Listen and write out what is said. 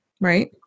Right